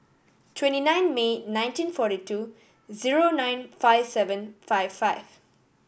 twenty nine May nineteen forty two zero nine five seven five five